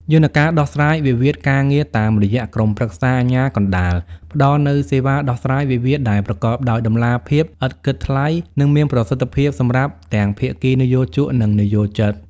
យន្តការដោះស្រាយវិវាទការងារតាមរយៈក្រុមប្រឹក្សាអាជ្ញាកណ្ដាល ផ្ដល់នូវសេវាដោះស្រាយវិវាទដែលប្រកបដោយតម្លាភាព ឥតគិតថ្លៃ និងមានប្រសិទ្ធភាពសម្រាប់ទាំងភាគីនិយោជក និងនិយោជិត។